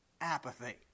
apathy